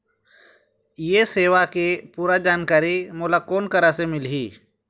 ये सेवा के पूरा जानकारी मोला कोन करा से मिलही?